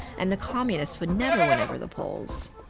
and the communists would never win over the poles.